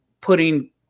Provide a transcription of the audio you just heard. putting